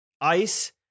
Ice